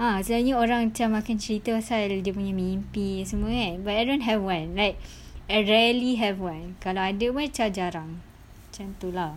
ah selalunya orang macam akan cerita pasal dia punya mimpi semua kan but I don't have [one] like I rarely have [one] kalau ada pun macam jarang macam tu lah